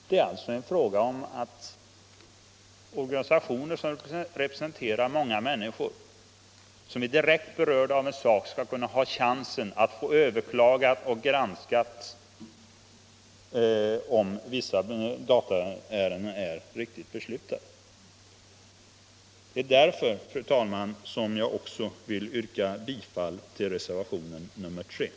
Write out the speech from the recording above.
Det är alltså en fråga om att organisationer som representerar många människor, som är direkt berörda i ett fall, skall kunna ha chansen att överklaga och få en bedömning av om vissa dataärenden är riktigt behandlade. Det är därför. fru talman, som jag också vill yrka bifall till reservationen 5.